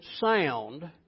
sound